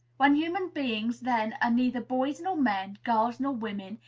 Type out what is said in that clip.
when human beings, then, are neither boys nor men, girls nor women,